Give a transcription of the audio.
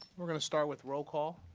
we're going to start with roll call.